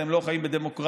אתם לא חיים בדמוקרטיה,